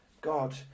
God